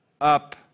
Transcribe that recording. up